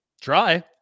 Try